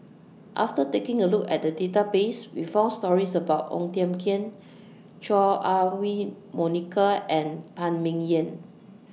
after taking A Look At The Database We found stories about Ong Tiong Khiam Chua Ah Huwa Monica and Phan Ming Yen